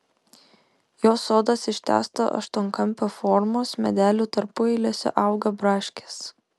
jo sodas ištęsto aštuonkampio formos medelių tarpueiliuose auga braškės